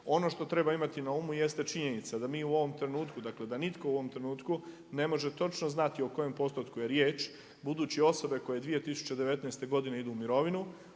Ono što treba imati na umu jeste činjenica da mi u ovom trenutku, dakle da nitko u ovom trenutku ne može točno znati o kojem postotku je riječ, budući osobe koje 2019. godine idu u mirovinu